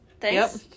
thanks